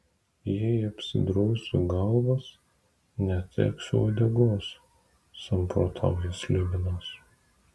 jei apsidrausiu galvas neteksiu uodegos samprotauja slibinas